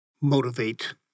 motivate